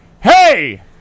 Hey